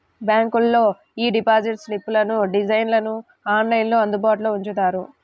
బ్యాంకులోళ్ళు యీ డిపాజిట్ స్లిప్పుల డిజైన్లను ఆన్లైన్లో అందుబాటులో ఉంచుతారు